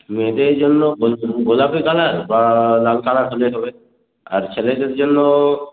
মেয়েদের জন্য গোলাপী কালার বা লাল কালার হলে হবে আর ছেলেদের জন্য